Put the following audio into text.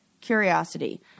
curiosity